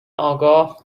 آگاه